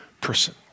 person